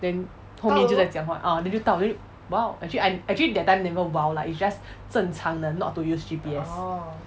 then 后面就在讲话 ah then 就到 liao then 就 !wow! actually I'm actually that time never !wow! lah it's just 正常的 not to use G_P_S